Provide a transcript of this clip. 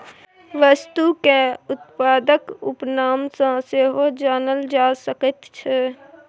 वस्तुकेँ उत्पादक उपनाम सँ सेहो जानल जा सकैत छै